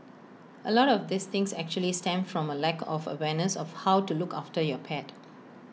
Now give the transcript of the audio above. A lot of these things actually stem from A lack of awareness of how to look after your pet